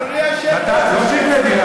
מתי שהוא יתחתן,